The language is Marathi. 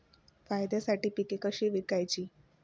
फायद्यासाठी पिके कशी विकायची?